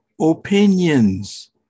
opinions